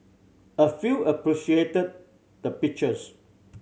a few appreciated the pictures